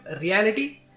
reality